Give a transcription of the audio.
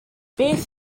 beth